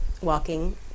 walking